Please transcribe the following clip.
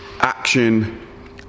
action